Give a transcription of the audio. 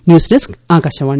news desk Akashvani